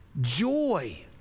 joy